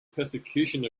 persecution